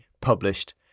published